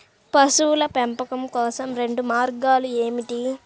పశువుల పెంపకం కోసం రెండు మార్గాలు ఏమిటీ?